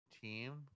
team